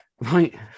right